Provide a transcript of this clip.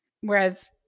Whereas